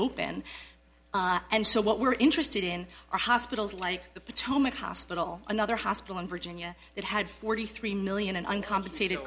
open and so what we're interested in are hospitals like the potomac hospital another hospital in virginia that had forty three million uncompensated